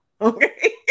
Okay